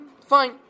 Fine